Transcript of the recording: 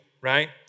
right